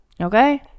Okay